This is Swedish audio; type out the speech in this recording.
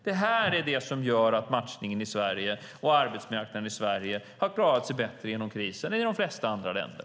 Det är det som gör att matchningen i Sverige och arbetsmarknaden i Sverige har klarat sig bättre genom krisen än i de flesta andra länder.